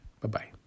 Bye-bye